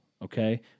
Okay